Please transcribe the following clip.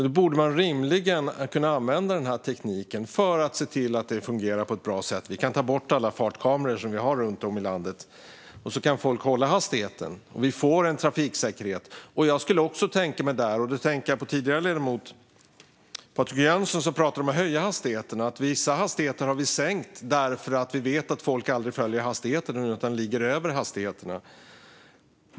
Då borde man rimligen kunna använda den här tekniken för att se till att det fungerar på ett bra sätt. Vi kan ta bort alla fartkameror runt om i landet, och så kan folk hålla hastigheten så att vi får en trafiksäkerhet. Patrik Jönsson talar i debatten om att höja hastigheterna. Vissa hastigheter har vi ju sänkt för att vi vet att folk aldrig följer hastighetsgränserna utan ligger långt över.